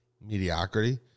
mediocrity